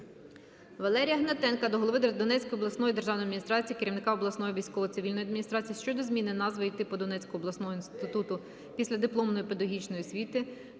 Валерія Гнатенка до голови Донецької обласної державної адміністрації, керівника обласної військово-цивільної адміністрації щодо зміни назви і типу Донецького обласного інституту післядипломної педагогічної освіти